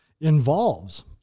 involves